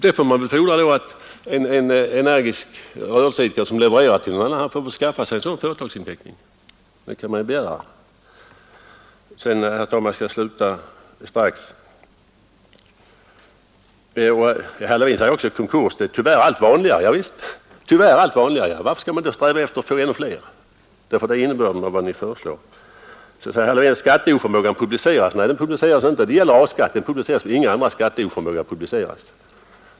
Man får väl fordra att en energisk rörelseidkare som levererar till en annan får försöka skaffa sig en sådan inteckning. Jag skall strax sluta. Herr Levin säger också att konkurser är tyvärr allt vanligare. Ja visst, varför skall man då sträva efter att få ännu fler? Det är nämligen innebörden av vad ni föreslår. Herr Levin säger att skatteoförmågan publiceras. Nej, den publiceras inte. Det gäller A-skatt men ingen annan skatteoförmåga publiceras.